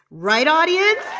right, audience?